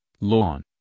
lawn